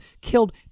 Killed